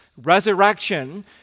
resurrection